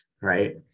Right